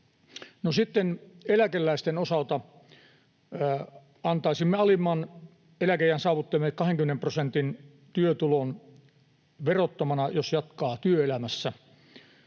eläkeläisten osalta antaisimme alimman eläkeiän saavuttaneelle 20 prosentin työtulon verottomana, jos jatkaa työelämässä.